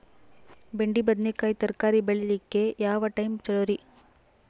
ಬೆಂಡಿ ಬದನೆಕಾಯಿ ತರಕಾರಿ ಬೇಳಿಲಿಕ್ಕೆ ಯಾವ ಟೈಮ್ ಚಲೋರಿ?